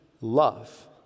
love